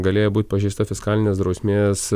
galėjo būt pažeista fiskalinės drausmės